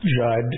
Judd